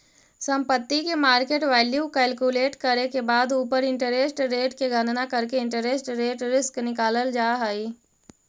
संपत्ति के market value calculate करे के बाद उ पर इंटरेस्ट रेट के गणना करके इंटरेस्ट रेट रिस्क निकालल जा हई